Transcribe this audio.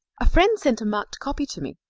a friend sent a marked copy to me.